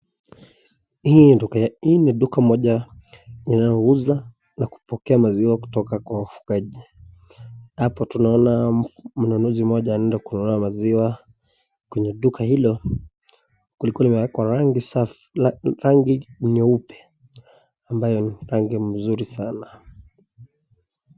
Hii ni duka moja inauza na kupokea maziwa kutoka kwa mfugaji. Hapo tunaona mnunuzi moja anaenda kununua maziwa, kwenye dula hilo kulikuwa kuwekwa rangi nyeupe ambayo ni rangi mzuri sana.